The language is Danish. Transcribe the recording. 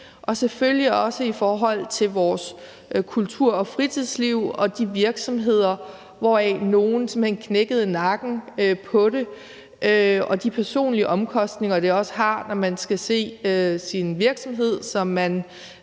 og selvfølgelig også i forhold til vores kultur- og fritidsliv og virksomhederne, hvoraf nogle også simpelt hen knækkede nakken på det. Det gælder også de personlige omkostninger, det har, når man skal se sin virksomhed, som man